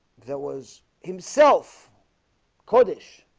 that was himself kodesh